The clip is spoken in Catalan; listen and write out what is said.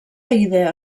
idea